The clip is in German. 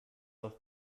auf